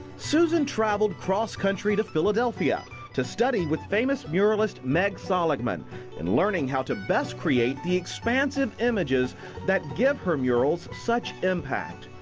susan travelled cross country to philadelphia to study with famous muralist meg saligman in learning how to best create the expansive images that give her murals such impact.